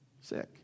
sick